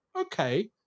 okay